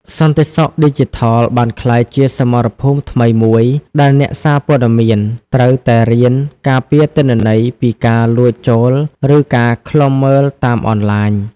សន្តិសុខឌីជីថលបានក្លាយជាសមរភូមិថ្មីមួយ ដែលអ្នកសារព័ត៌មានត្រូវតែរៀនការពារទិន្នន័យពីការលួចចូល ឬការឃ្លាំមើលតាមអនឡាញ។